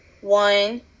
one